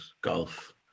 golf